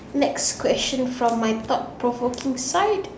next question from my thought provoking side